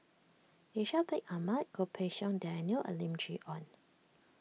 Ishak Bin Ahmad Goh Pei Siong Daniel and Lim Chee Onn